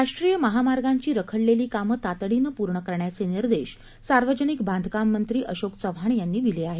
राष्ट्रीय महामार्गांची रखडलेली कामं तातडीनं पूर्ण करण्याचे निर्देश सार्वजनिक बांधकाम मंत्री अशोक चव्हाण यांनी दिले आहेत